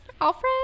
Alfred